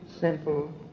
simple